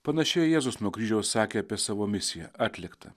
panašiai jėzus nuo kryžiaus sakė apie savo misiją atlikta